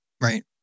Right